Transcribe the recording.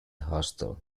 hostel